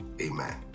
Amen